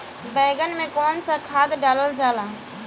बैंगन में कवन सा खाद डालल जाला?